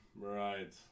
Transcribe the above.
right